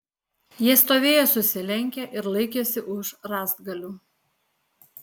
jie stovėjo susilenkę ir laikėsi už rąstgalių